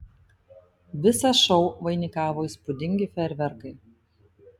visą šou vainikavo įspūdingi fejerverkai